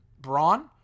Braun